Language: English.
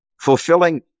fulfilling